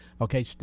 Okay